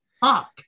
fuck